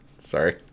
sorry